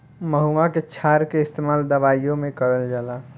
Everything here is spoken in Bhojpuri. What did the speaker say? महुवा के क्षार के इस्तेमाल दवाईओ मे करल जाला